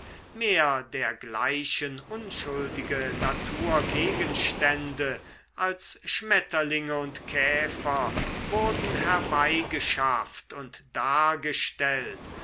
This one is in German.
mehr dergleichen unschuldige naturgegenstände als schmetterlinge und käfer wurden herbeigeschafft und dargestellt